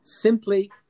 simply